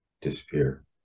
disappear